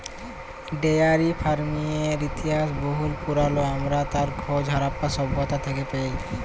dairy ফারমিংয়ের ইতিহাস বহুত পুরাল আমরা তার খোঁজ হরপ্পা সভ্যতা থ্যাকে পায়